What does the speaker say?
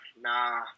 Nah